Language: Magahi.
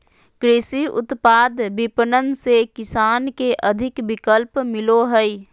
कृषि उत्पाद विपणन से किसान के अधिक विकल्प मिलो हइ